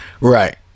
Right